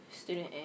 Student